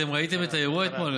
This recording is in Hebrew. אתם ראיתם את האירוע אתמול,